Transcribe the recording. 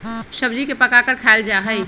सब्जी के पकाकर खायल जा हई